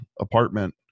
apartment